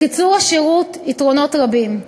לקיצור השירות יתרונות רבים: